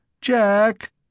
Jack